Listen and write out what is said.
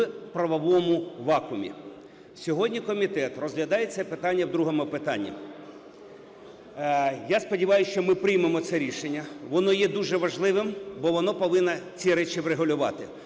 в правовому вакуумі. Сьогодні комітет розглядає це питання в другому питанні. Я сподіваюсь, що ми приймемо це рішення, воно є дуже важливим, бо воно повинно ці речі врегулювати.